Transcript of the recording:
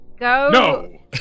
No